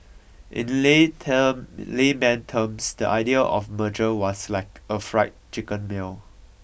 in the lay term layman terms the idea of merger was like a fried chicken meal